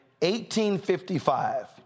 1855